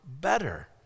better